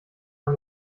man